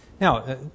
Now